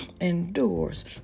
endures